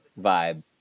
vibe